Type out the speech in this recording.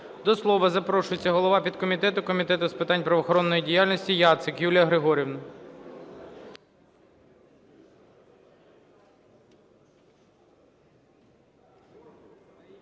До слова запрошується голова підкомітету Комітету з питань правоохоронної діяльності Яцик Юлія Григорівна.